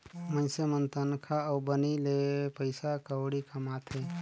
मइनसे मन तनखा अउ बनी ले पइसा कउड़ी कमाथें